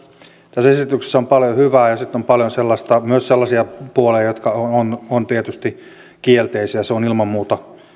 tässä esityksessä on paljon hyvää ja sitten on paljon myös sellaisia puolia jotka ovat tietysti kielteisiä se on ilman muuta